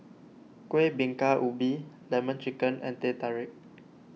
Kueh Bingka Ubi Lemon Chicken and Teh Tarik